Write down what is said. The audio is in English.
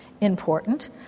important